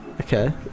Okay